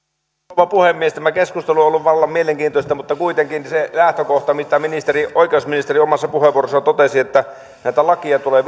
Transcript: rouva puhemies tämä keskustelu on ollut vallan mielenkiintoista mutta kuitenkin se lähtökohta mitä oikeusministeri omassa puheenvuorossaan totesi että näitä lakeja tulee